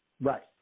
Right